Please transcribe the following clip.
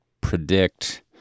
predict